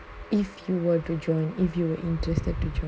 if you were to join if you were interested to join